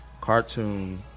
cartoon